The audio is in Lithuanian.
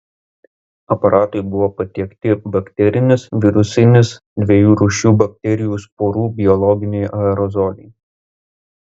aparatui buvo patiekti bakterinis virusinis dviejų rūšių bakterijų sporų biologiniai aerozoliai